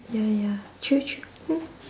ya ya true true